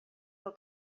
del